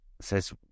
says